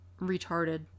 retarded